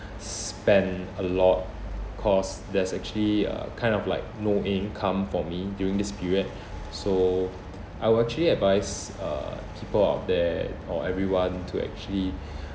spend a lot cause there's actually uh kind of like no income for me during this period so I will actually advise uh people out there or everyone to actually